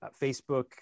Facebook